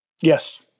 Yes